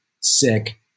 sick